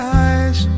eyes